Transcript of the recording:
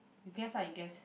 you guess ah you guess